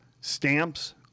stamps